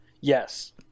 Yes